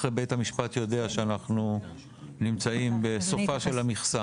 בית המשפט יודע שאנחנו נמצאים בסופה של המכסה.